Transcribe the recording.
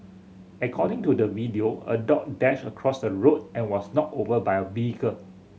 according to the video a dog dashed across the road and was knocked over by a vehicle